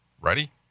Ready